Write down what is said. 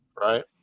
Right